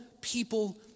people